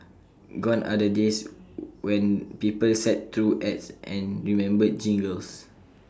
gone are the days when people sat through ads and remembered jingles